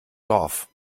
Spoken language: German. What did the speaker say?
dorf